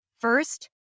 First